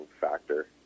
factor